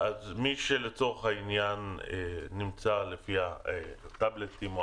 מי שלצורך העניין נמצא לפי הטאבלטים או